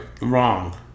Wrong